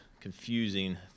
confusing